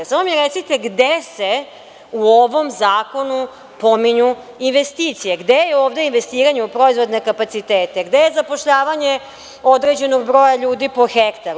Samo mi recite gde se u ovom zakonu pominju investicije, gde je ovde investiranje u proizvodne kapacitete, gde je zapošljavanje određenog broja ljudi po hektaru?